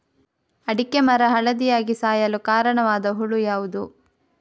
ಅಡಿಕೆ ಮರ ಹಳದಿಯಾಗಿ ಸಾಯಲು ಕಾರಣವಾದ ಹುಳು ಯಾವುದು?